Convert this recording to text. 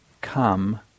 come